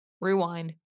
Rewind